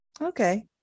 Okay